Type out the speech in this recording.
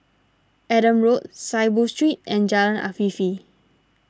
Adam Road Saiboo Street and Jalan Afifi